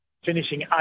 finishing